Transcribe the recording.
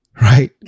right